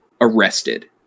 arrested